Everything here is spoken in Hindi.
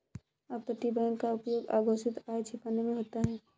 अपतटीय बैंक का उपयोग अघोषित आय छिपाने में होता है